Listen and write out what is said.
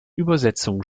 übersetzungen